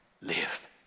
live